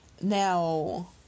Now